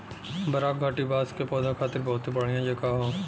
बराक घाटी बांस के पौधा खातिर बहुते बढ़िया जगह हौ